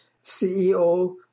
CEO